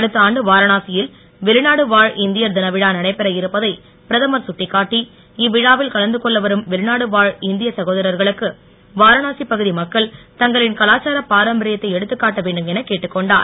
அடுத்த ஆண்டு வாரணாசியில் வெளிநாடு வாழ் இந்தியர் தினவிழா நடைபெற இருப்பதை பிரதமர் கட்டிக்காட்டி இவ்விழாவில் கலந்து கொள்ள வரும் வெளிநாடு வாழ் இந்திய சகோதரர்களுக்கு வாரணாசி பகுதி மக்கள் தங்களின் கலாச்சார பாரம்பரியத்தை எடுத்துக் காட்ட வேண்டும் என கேட்டுக் கொண்டார்